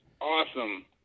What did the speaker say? awesome